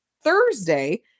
thursday